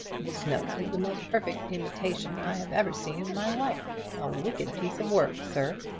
this note is the most perfect imitation i have ever seen in my life. a wicked piece of work, sir!